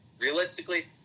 Realistically